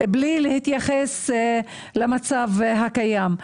בלי להתייחס למצב הקיים.